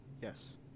Yes